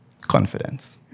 confidence